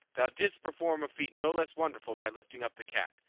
thou didst perform a feat no less wonderful by lifting up the cat,